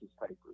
papers